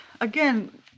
again